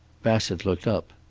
bassett looked up.